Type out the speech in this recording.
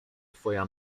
twoja